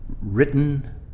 written